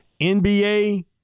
NBA